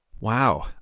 wow